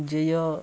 जे यऽ